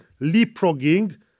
leapfrogging